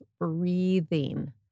breathing